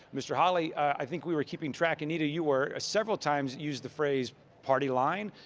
mr. hawley, i think we were keeping track, anita, you were, several times used the phrase party line,